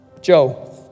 Joe